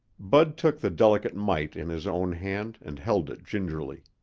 bud took the delicate mite in his own hand and held it gingerly.